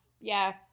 Yes